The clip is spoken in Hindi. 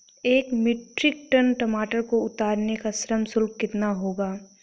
एक मीट्रिक टन टमाटर को उतारने का श्रम शुल्क कितना होगा?